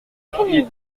craignez